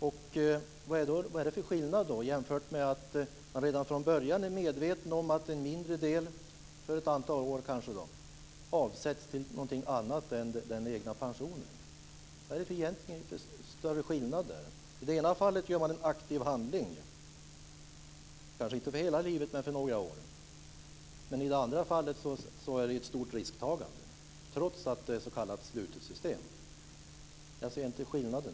Vad är det för skillnad jämfört med att man redan från början är medveten om att en mindre del avsätts för någonting annat än den egna pensionen? Vad är det för skillnad? I det ena fallet gör man en aktiv handling, kanske inte hela livet men några år, men i det andra fallet är det ett stort risktagande trots att det är ett slutet system. Jag ser inte skillnaden.